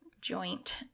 joint